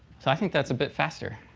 i think that's a bit faster.